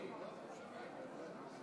חברי הכנסת,